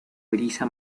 brisa